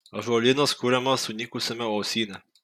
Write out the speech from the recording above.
ąžuolynas kuriamas sunykusiame uosyne